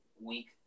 week